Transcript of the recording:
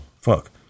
fuck